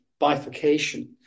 bifurcation